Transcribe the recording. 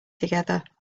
together